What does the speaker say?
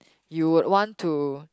you would want to